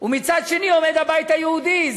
ומצד שני עומד הבית היהודי,